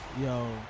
Yo